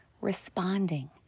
responding